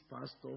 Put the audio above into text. pastor